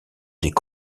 des